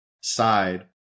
side